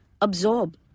Absorb